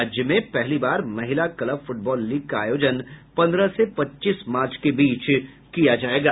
राज्य में पहली बार महिला कल्ब फुटबॉल लीग का आयोजन पन्द्रह से पच्चीस मार्च के बीच किया जायेगा